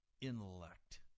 intellect